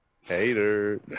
Hater